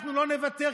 אנחנו לא נוותר,